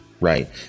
Right